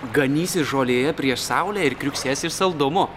ganysis žolėje prieš saulę ir kriuksės ir saldumu